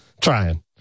trying